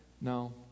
No